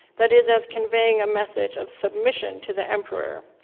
that is, as conveying a message of submission to the emperor.